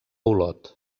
olot